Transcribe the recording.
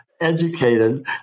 educated